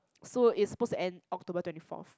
so it's supposed to end October twenty fourth